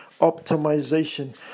optimization